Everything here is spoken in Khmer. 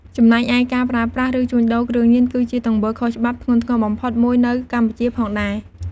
ចំណែកឯការប្រើប្រាស់ ឬជួញដូរគ្រឿងញៀនគឺជាទង្វើខុសច្បាប់ធ្ងន់ធ្ងរបំផុតមួយនៅកម្ពុជាផងដែរ។